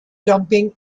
dumping